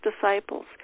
disciples